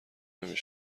نمی